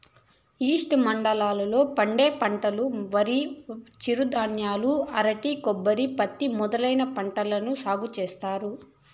ఉష్ణమండలాల లో పండే పంటలువరి, చిరుధాన్యాలు, అరటి, కొబ్బరి, పత్తి మొదలైన పంటలను సాగు చేత్తారు